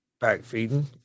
back-feeding